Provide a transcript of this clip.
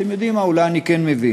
אתם יודעים מה, אולי אני כן מבין.